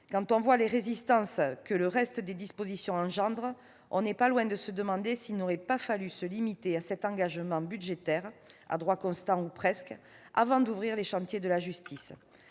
Quand on voit les résistances que le reste des dispositions suscitent, on n'est pas loin de se demander s'il n'aurait pas fallu se limiter à cet engagement budgétaire à droit constant ou presque, avant d'ouvrir les chantiers de la justice.